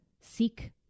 seek